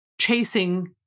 chasing